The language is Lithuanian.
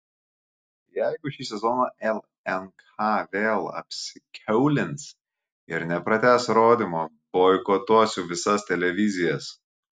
jeigu šį sezoną lnk vėl apsikiaulins ir nepratęs rodymo boikotuosiu visas televizijas